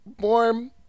warm